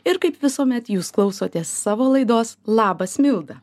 ir kaip visuomet jūs klausotės savo laidos labas milda